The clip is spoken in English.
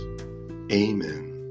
Amen